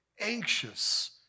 anxious